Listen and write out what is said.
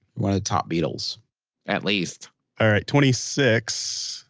one of the top beetles at least all right. twenty six.